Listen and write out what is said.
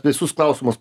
visus klausimus